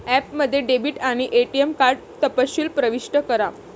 ॲपमध्ये डेबिट आणि ATM card तपशील प्रविष्ट करा